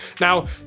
now